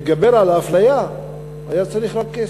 שלהתגבר על האפליה היה צריך רק כסף,